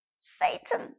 Satan